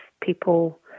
people